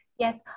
Yes